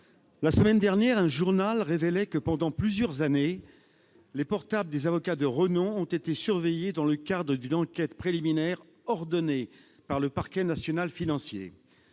La semaine dernière, un journal révélait que, pendant plusieurs années, les portables d'avocats de renom avaient été surveillés dans le cadre d'une enquête préliminaire ordonnée par le parquet national financier